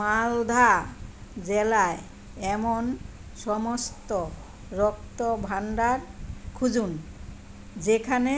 মালদা জেলায় এমন সমস্ত রক্তভাণ্ডার খুঁজুন যেখানে